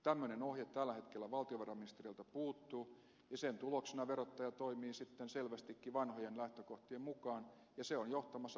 tämmöinen ohje tällä hetkellä valtiovarainministeriöltä puuttuu ja sen tuloksena verottaja toimii sitten selvästikin vanhojen lähtökohtien mukaan ja se on johtamassa tarpeettomiin konkursseihin